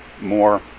more